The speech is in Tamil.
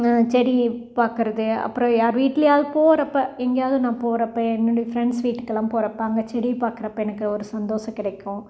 செடி பார்க்குறது அப்புறம் யாரு வீட்டுலேயாவுது போகிறப்ப எங்கேயாது நான் போகிறப்ப என்னோடைய ஃப்ரெண்ட்ஸ் வீட்டுக்குலாம் போகிறப்ப அங்கே செடியை பார்க்குறப்ப எனக்கு ஒரு சந்தோஷம் கிடைக்கும்